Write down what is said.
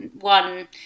one